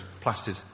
plastered